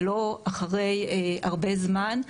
ולא אחרי הרבה זמן.